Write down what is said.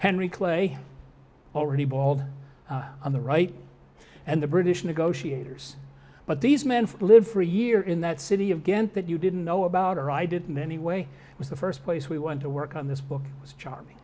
henry clay already bald on the right and the british negotiators but these men lived for a year in that city of ghent that you didn't know about or i didn't anyway it was the first place we went to work on this book was charming